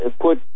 put